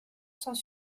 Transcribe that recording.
sont